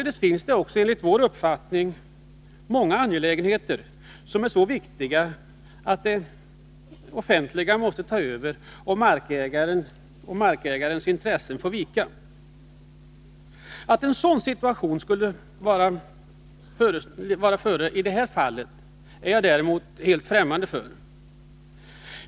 Det finns därför enligt vår uppfattning många angelägenheter i samhället som är så viktiga att de får gå före markägarens intressen. Men tanken att en sådan situation skulle föreligga i det här fallet är jag helt ffträmmande inför.